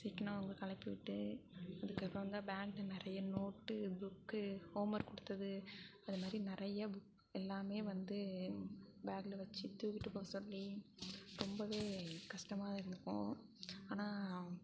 சீக்கனம் அவங்கள கிளப்பிவுட்டு அதற்கப்றம் தான் பேக்கில நிறைய நோட்டு புக்கு ஹோம் ஒர்க் கொடுத்தது அது மாதிரி நிறைய புக் எல்லாமே வந்து பேக்கில வச்சு தூக்கிகிட்டு போக சொல்லி ரொம்பவே கஷ்டமாகருக்கும் ஆனால்